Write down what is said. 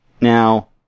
Now